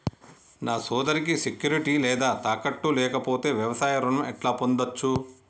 నా సోదరికి సెక్యూరిటీ లేదా తాకట్టు లేకపోతే వ్యవసాయ రుణం ఎట్లా పొందచ్చు?